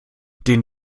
den